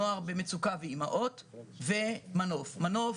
נוער במצוקה ואימהות ומנוף מנוף,